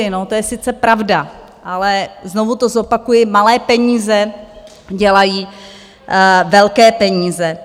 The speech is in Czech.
To je sice pravda, ale znovu to zopakuji malé peníze dělají velké peníze.